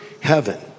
heaven